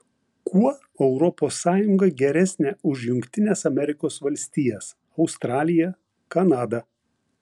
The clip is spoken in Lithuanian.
kuo europos sąjunga geresnė už jungtines amerikos valstijas australiją kanadą